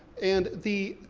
and the,